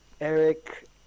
Eric